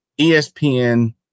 ESPN